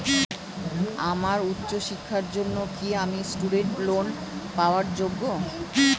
আমার উচ্চ শিক্ষার জন্য কি আমি স্টুডেন্ট লোন পাওয়ার যোগ্য?